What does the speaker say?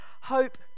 Hope